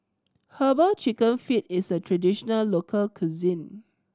Herbal Chicken Feet is a traditional local cuisine